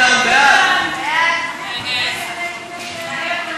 התשע"ו 2015, לוועדת